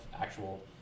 actual